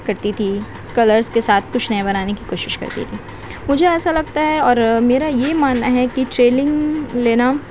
کرتی تھی کلرس کے ساتھ کچھ نئے بنانے کی کوشش کرتی تھی مجھے ایسا لگتا ہے اور میرا یہ ماننا ہے کہ ٹریلنگ لینا